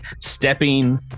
stepping